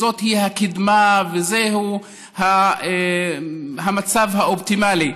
זאת היא הקדמה וזהו המצב האופטימלי.